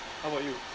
how about you